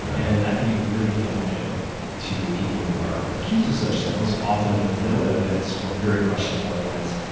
and that can be really damaging to people who are accused of such things, often with no evidence, or very questionable evidence,